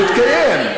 לא יתקיים.